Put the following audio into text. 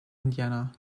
indiana